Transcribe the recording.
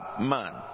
man